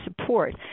support